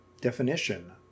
definition